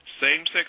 Same-sex